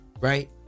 right